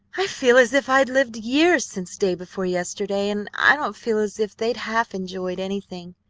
i feel as if i'd lived years since day before yesterday, and i don't feel as if they'd half enjoyed anything.